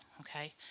okay